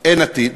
אין עתיד.